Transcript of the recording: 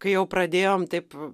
kai jau pradėjom taip